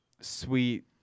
sweet